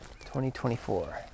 2024